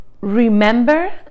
remember